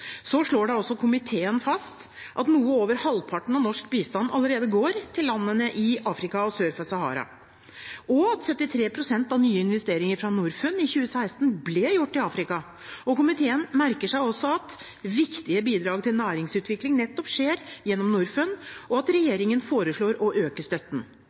slår da også fast at noe over halvparten av norsk bistand allerede går til landene i Afrika sør for Sahara, og at 73 pst. av nye investeringer fra Norfund i 2016 ble gjort i Afrika. Komiteen merker seg også at «viktige bidrag til næringsutvikling skjer gjennom Norfund, og at regjeringen foreslår å øke støtten».